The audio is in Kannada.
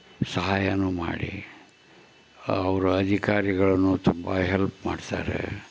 ಸಹಾಯವೂ ಮಾಡಿ ಅವು ರಾಜಕಾರ್ಣಿಗಳನ್ನು ತುಂಬ ಹೆಲ್ಪ್ ಮಾಡ್ತಾರೆ